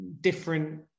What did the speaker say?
different